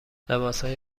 لباسهای